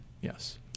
Yes